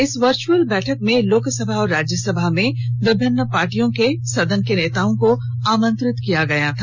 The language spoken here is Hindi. इस वर्चुअल बैठक में लोकसभा और राज्यसभा में विभिन्न पार्टियों के सदन के नेताओं को आमंत्रित किया गया था